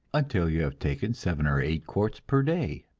until you have taken seven or eight quarts per day.